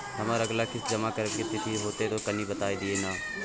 हमर अगला किस्ती जमा करबा के तिथि की होतै से कनी बता दिय न?